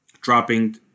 dropping